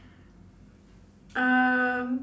um